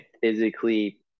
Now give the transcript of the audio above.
physically